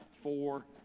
four